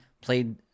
played